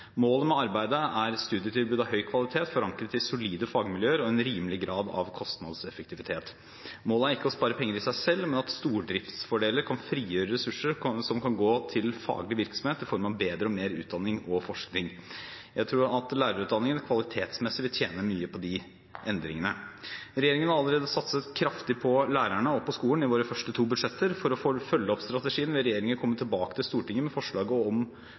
Målet med arbeidet er studietilbud av høy kvalitet, forankret i solide fagmiljøer, og en rimelig grad av kostnadseffektivitet. Målet er ikke å spare penger i seg selv, men at stordriftsfordeler kan frigjøre ressurser som kan gå til faglig virksomhet i form av bedre og mer utdanning og forskning. Jeg tror at lærerutdanningen kvalitetsmessig vil tjene mye på de endringene. Vi i regjeringen har allerede satset kraftig på lærerne og på skolen i våre to første budsjetter. For å følge opp strategien vil regjeringen komme tilbake til Stortinget med forslag om